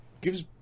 gives